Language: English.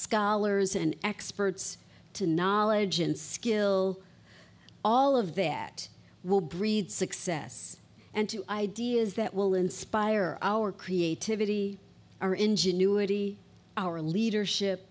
scholars and experts to knowledge and skill all of that will breed success and ideas that will inspire our creativity our ingenuity our leadership